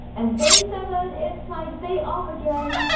and day seven is my day off again.